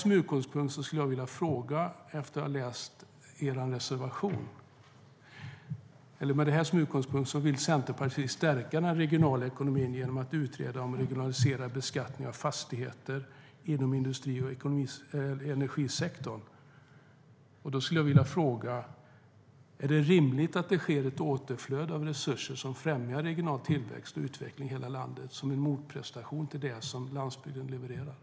Med det som utgångspunkt vill Centerpartiet stärka den regionala ekonomin genom att utreda regionaliserad beskattning av fastigheter inom industri och energisektorn.